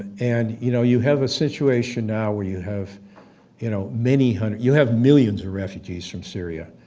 and you know you have a situation now where you have you know many hun you have millions of refugees from syria,